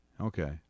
Okay